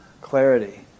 clarity